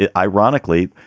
yeah ironically.